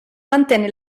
mantenne